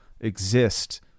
exist